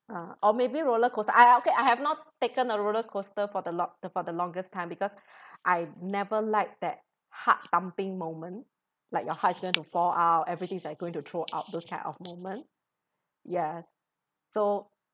uh or maybe rollercoaster I I okay I have not taken a rollercoaster for the long~ for the longest time because I never liked that heart thumping moment like your heart is going to fall out everything's like going to throw out those kind of moment ya so